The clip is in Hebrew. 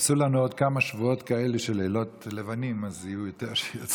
תעשו לנו עוד כמה שבועות כאלה של לילות לבנים אז יהיו יותר שירצו.